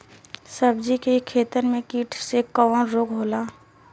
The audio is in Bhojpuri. सब्जी के खेतन में कीट से कवन रोग होला?